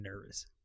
nervous